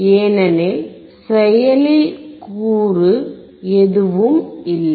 ஏனெனில் செயலில் கூறு எதுவும் இல்லை